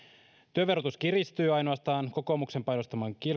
työverotus kiristyy ainoastaan kokoomuksen painostaman